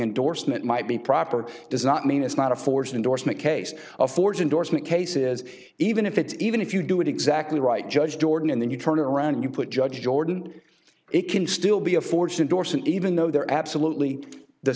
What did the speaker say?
endorsement might be property does not mean it's not a fortune indorsement case affords indorsement cases even if it's even if you do it exactly right judge jordan and then you turn it around you put judge jordan it can still be a fortune dorson even though they're absolutely the